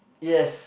yes